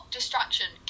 Distraction